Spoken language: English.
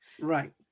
Right